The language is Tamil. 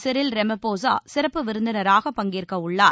சிறில் ரமஃபோஸா சிறப்பு விருந்தினராக பங்கேற்கவுள்ளார்